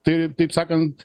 tai taip sakant